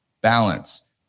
balance